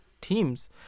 teams